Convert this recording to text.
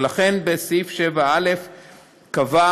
ולכן סעיף 7א קבע: